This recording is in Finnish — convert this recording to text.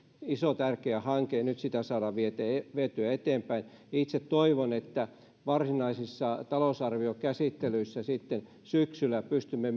iso tärkeä hanke saadaan nyt vietyä eteenpäin itse toivon että jatkossa varsinaisissa talousarviokäsittelyissä sitten syksyllä pystymme